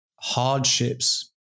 hardships